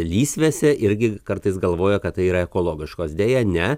lysvėse irgi kartais galvoja kad tai yra ekologiškos deja ne